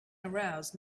arouse